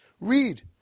Read